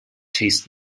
tastes